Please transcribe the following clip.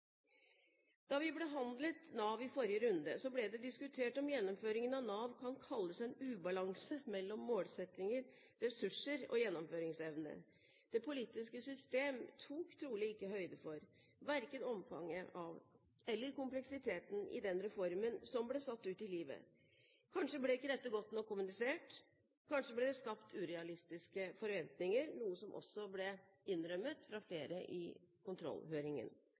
Da vi behandlet Nav i forrige runde, ble det diskutert om gjennomføringen av Nav kan kalles en ubalanse mellom målsettinger, ressurser og gjennomføringsevne. Det politiske system tok trolig ikke høyde for verken omfanget av eller kompleksiteten i den reformen som ble satt ut i livet. Kanskje ble ikke dette godt nok kommunisert. Kanskje ble det skapt urealistiske forventninger, noe som også ble innrømmet av flere i kontrollhøringen.